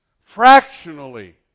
fractionally